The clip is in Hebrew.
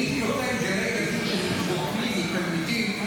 הייתי נותן לגני ילדים שמתרוקנים מתלמידים,